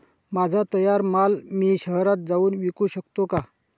माझा तयार माल मी शहरात जाऊन विकू शकतो का?